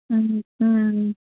ம் ம் ம்